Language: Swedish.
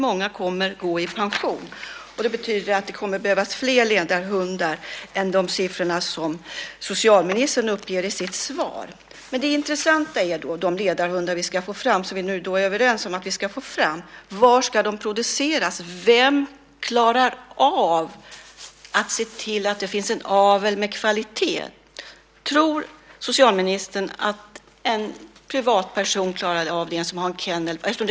Många kommer att gå i pension, och det betyder att det kommer att behövas fler ledarhundar än de siffror som socialministern uppger i sitt svar visar. Det intressanta är de ledarhundar som vi ska få fram. Vi är ju nu överens om att vi ska få fram dem. Men var ska de produceras? Vem klarar av att se till att det finns en avel med kvalitet? Tror socialministern att en privatperson som har en kennel klarar av det?